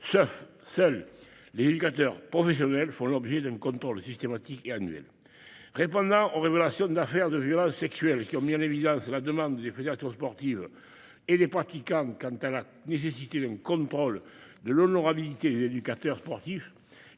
seuls les éducateurs professionnels font l'objet d'un contrôle systématique annuel répondant aux révélations d'affaires de violences sexuelles qui ont mis en évidence la demande des fédérations sportives et les pratiquants. Quant à la nécessité d'un contrôle de l'honorabilité d'éducateurs sportifs